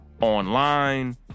online